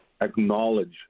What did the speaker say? acknowledge